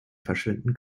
verschwinden